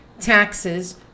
taxes